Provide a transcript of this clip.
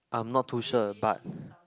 I'm not too sure but